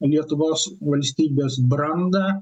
lietuvos valstybės brandą